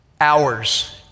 hours